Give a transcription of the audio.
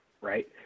right